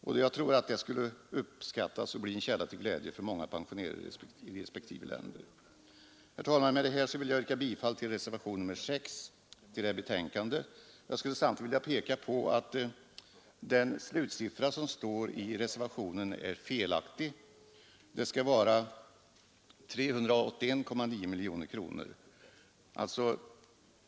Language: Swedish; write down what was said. Detta skulle säkerligen uppskattas och bli en källa till glädje för många pensionärer i respektive länder. Herr talman! Med detta vill jag yrka bifall till reservationen 6. Samtidigt vill jag påpeka att den slutsiffra som står i reservationen är felaktig; det skall vara 381,9 miljoner kronor.